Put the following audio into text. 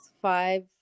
five